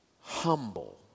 humble